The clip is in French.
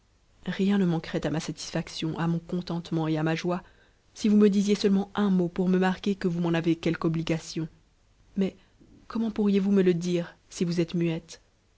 rien ne manquerait à ma satisfaction à mon contentement et à ma joie si vous me disiez seulement un mot pour me marquer qne vous m'en avez quelque obligation mais comment pourriez-vous me le dire si vous êtes muette